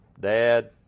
dad